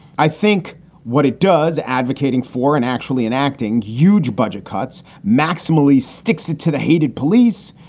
i think what it does advocating for and actually enacting huge budget cuts maximally sticks it to the hated police.